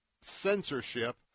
censorship